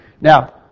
Now